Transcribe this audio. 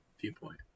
viewpoint